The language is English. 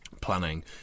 planning